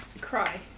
Cry